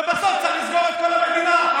ובסוף צריך לסגור את כל המדינה.